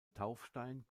taufstein